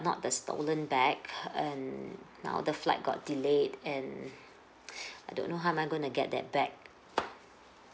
not the stolen bag and now the flight got delayed and I don't know how am I going to get that bag